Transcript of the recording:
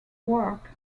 work